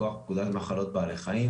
מכוח פקודת מחלות בעלי חיים,